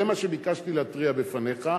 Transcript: זה מה שביקשתי להתריע בפניך,